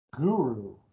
guru